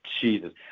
Jesus